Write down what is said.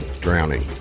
drowning